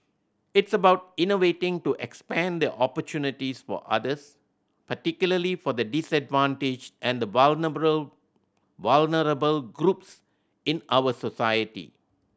it's about innovating to expand the opportunities for others particularly for the disadvantaged and vulnerable vulnerable groups in our society